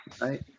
right